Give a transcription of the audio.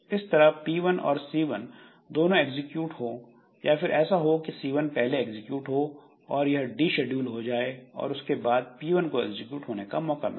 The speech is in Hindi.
इस तरह P1 और C1 दोनों एग्जिक्यूट हो या फिर ऐसा हो कि C1 पहले एग्जीक्यूट हो और यह डीशेड्यूल हो जाए और उसके बाद P1 को एग्जीक्यूट होने का मौका मिले